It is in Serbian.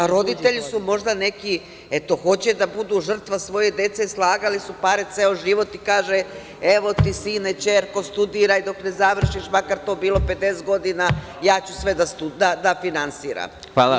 Roditelji su možda neki koji hoće da budu žrtva svoje dece, slagali su pare ceo život i kaže evo ti sine, ćerko, studiraj dok ne završiš, makar to bilo 50 godina, ja ću sve da finansiram.